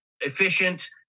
efficient